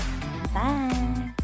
Bye